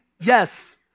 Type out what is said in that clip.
Yes